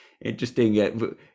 interesting